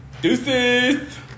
Deuces